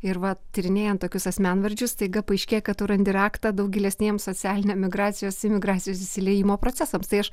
ir va tyrinėjant tokius asmenvardžius staiga paaiškėja kad tu randi raktą daug gilesniems socialinėm migracijos imigracijos įsiliejimo procesams tai aš